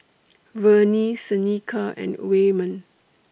Vernie Seneca and Waymon